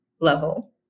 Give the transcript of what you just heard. level